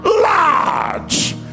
large